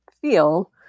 feel